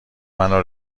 منو